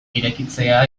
irekitzea